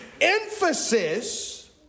emphasis